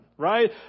right